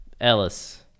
Ellis